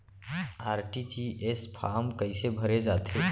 RTGS form कइसे भरे जाथे?